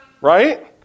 right